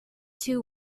two